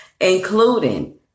including